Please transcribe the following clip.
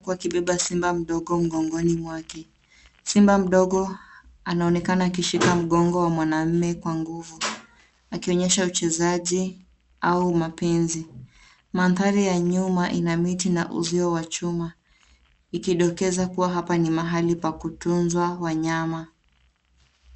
Mtu akibeba simba mdogo mgongoni mwake. SImba mdogo anaonekana akishika mgongo wa mwanamume kwa nguvu akionyesha uchezaji au mapenzi. Mandhari ya nyuma ina miti na uzio wa chuma ukidokeza kuwa hapa ni mahali kwa kutunzwa wanyama.